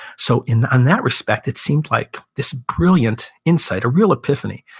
so in and that respect it seemed like this brilliant insight, a real epiphany.